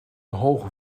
hoge